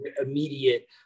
immediate